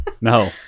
No